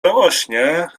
żałośnie